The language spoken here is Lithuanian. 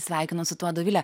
sveikinu su tuo dovile